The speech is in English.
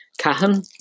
Cahan